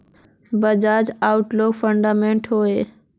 बाजार outlook fundamental हैवै?